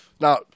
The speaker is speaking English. Now